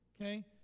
Okay